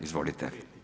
Izvolite.